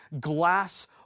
glass